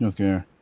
Okay